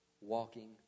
walking